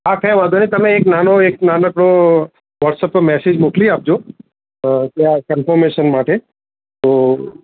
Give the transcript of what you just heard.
હા કંઈ વાંધો નહીં તમે એક નાનો એક નાનકડો વૉટ્સઅપ પર મેસેજ મોકલી આપજો ત્યાં કન્ફમેશન માટે તો